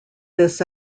this